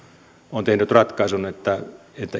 on tehnyt ratkaisun että että